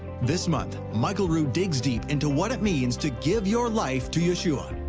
this month, michael rood digs deep into what it means to give your life to yeshua.